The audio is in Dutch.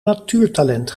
natuurtalent